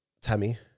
Tammy